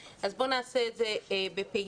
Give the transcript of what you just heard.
אז בואו נעשה את זה בפעימות.